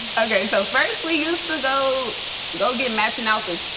okay so first we used to go go get matching outfits,